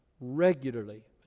regularly